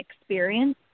experience